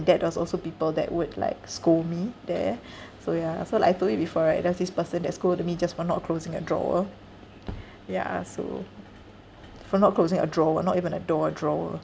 that was also people that would like scold me there so ya so like I told you before right there was this person that scolded me just for not closing a drawer ya so for not closing a drawer not even a door a drawer